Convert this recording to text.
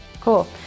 Cool